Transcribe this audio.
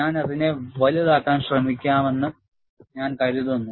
ഞാൻ അതിനെ വലുതാക്കാൻ ശ്രമിക്കാമെന്ന് ഞാൻ കരുതുന്നു